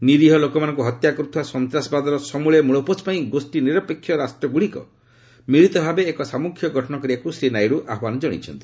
ନିରିହ ଲୋକମାନଙ୍କୁ ହତ୍ୟା କରୁଥିବା ସନ୍ତାସବାଦର ସମ୍ଭଳେ ମୂଳପୋଛ ପାଇଁ ଗୋଷୀ ନିରପେକ୍ଷ ରାଷ୍ଟ୍ରଗୁଡ଼ିକ ମିଳିତ ଭାବେ ଏକ ସାମୁଖ୍ୟ ଗଠନ କରିବାକୁ ଶ୍ରୀ ନାଇଡୁ ଆହ୍ୱାନ କଣାଇଛନ୍ତି